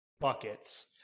buckets